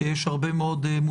כי יש הרבה מאוד מובנים.